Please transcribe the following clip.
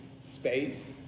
space